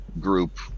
group